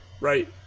right